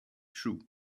true